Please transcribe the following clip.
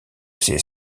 ses